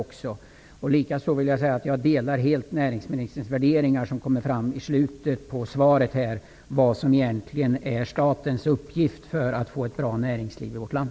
Jag delar helt de värderingar som kommer fram i slutet av näringsministerns svar när det gäller vad som egentligen är statens uppgift för att få ett bra näringsliv i vårt land.